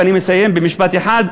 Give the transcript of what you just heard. ואני מסיים במשפט אחד,